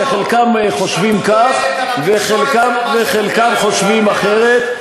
שחלקם חושבים כך וחלקם חושבים אחרת.